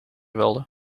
wilde